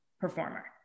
performer